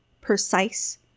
precise